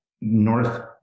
north